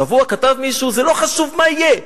השבוע כתב מישהו: לא חשוב מה יהיה,